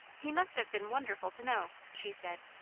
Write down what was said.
he must have been wonderful to know, she said.